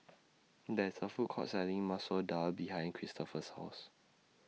There IS A Food Court Selling Masoor Dal behind Christopher's House